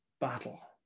battle